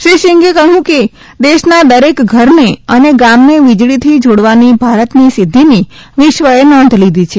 શ્રી સિંઘે ક્હયુ કે દેશના દરેક ઘરને અને ગામને વીજળીથી જોડવાની ભારતની સિધ્ધિની વિશ્વચે નોંધ લીધી છે